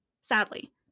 Sadly